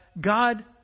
God